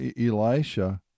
Elisha